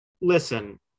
Listen –